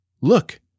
Look